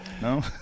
No